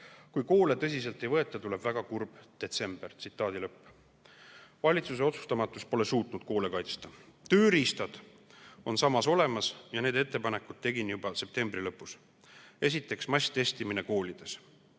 Kui koole tõsiselt ei võeta, tuleb väga kurb detsember." Valitsuse otsustamatus pole suutnud koole kaitsta. Tööriistad on samas olemas ja need ettepanekud tegin juba septembri lõpus. Esiteks, masstestimine koolides.